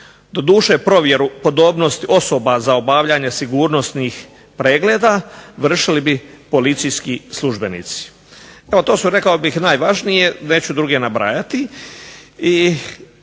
Doduše provjeru podobnosti osoba za obavljanje sigurnosnih pregleda vršili bi policijski službenici. Evo to su rekao bih najvažnije, neću druge nabrajati.